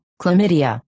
chlamydia